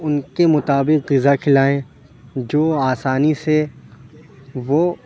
اُن کے مطابق غذا کھلائیں جو آسانی سے وہ